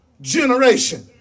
generation